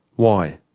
why?